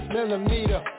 Millimeter